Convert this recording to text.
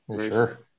Sure